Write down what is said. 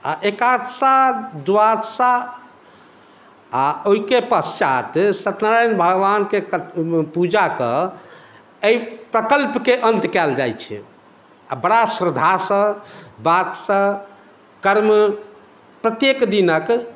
आ एकादशा द्वादसा आ ओहिके पश्चात सत्यनारायण भगवानके पूजा कऽ एहि प्रकल्पके अंत कयल जाइत छै आ बड़ा श्रद्धासँ बातसँ कर्म प्रत्येक दिनक